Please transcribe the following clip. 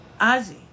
Ozzy